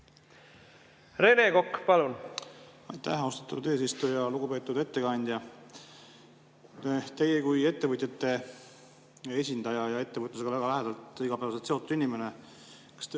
Rene Kokk, palun! Aitäh, austatud eesistuja! Lugupeetud ettekandja! Teie kui ettevõtjate esindaja ja ettevõtlusega väga lähedalt ja igapäevaselt seotud inimene, kas te